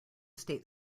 state